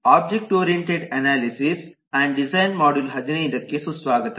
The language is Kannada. object oriented analysis and design module 15 ಕ್ಕೆ ಸುಸ್ವಾಗತ